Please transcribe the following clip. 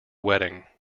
wedding